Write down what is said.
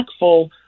impactful